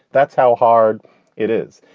that's how hard it is.